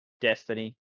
destiny